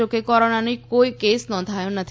જોકે કોરોનાનો કોઈ કેસ નોંધાયો નથી